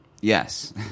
Yes